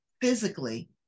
physically